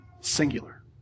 singular